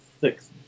six